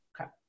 Okay